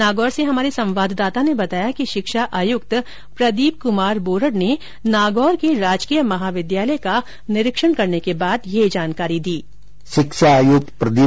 नागौर से हमारे संवाददाता ने बताया कि शिक्षा आयुक्त प्रदीप कुमार बोरड ने नागौर के राजकीय महाविद्यालय का निरीक्षण करने के बाद यह जानकारी दी